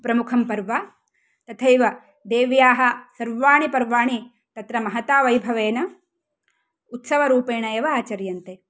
प्रमुखं पर्व तथैव देव्याः सर्वाणि पर्वाणि तत्र महता वैभवेन उत्सवरुपेणैव आचर्यन्ते